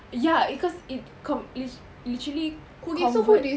ya because it com~ it literally convert